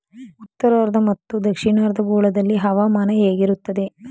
ಉತ್ತರಾರ್ಧ ಮತ್ತು ದಕ್ಷಿಣಾರ್ಧ ಗೋಳದಲ್ಲಿ ಹವಾಮಾನ ಹೇಗಿರುತ್ತದೆ?